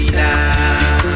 now